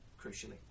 crucially